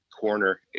corner